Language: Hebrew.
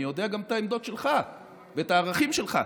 אני יודע גם את העמדות שלך ואת הערכים שלך,